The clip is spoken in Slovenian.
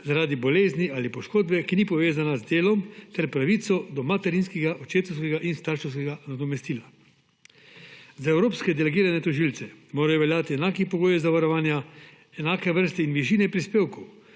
zaradi bolezni ali poškodbe, ki ni povezana z delom, ter pravico do materinskega, očetovskega in starševskega nadomestila. Za evropske delegirane tožilce morajo veljati enaki pogoji zavarovanja, enake vrste in višine prispevkov,